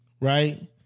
Right